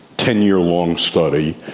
ten year long study.